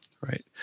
right